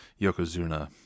Yokozuna